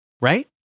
right